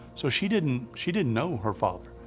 so she didn't she didn't know her father.